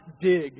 dig